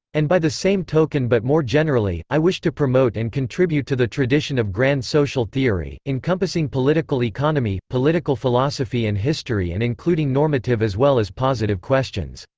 and by the same token but more generally, i wish to promote and contribute to the tradition of grand social theory, encompassing political economy, political philosophy and history and including normative as well as positive questions.